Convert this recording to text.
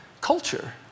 culture